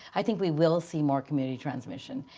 i think we will see more community transmission,